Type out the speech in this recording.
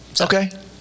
Okay